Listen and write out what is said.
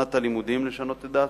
שנת הלימודים לשנות את דעתו.